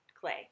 clay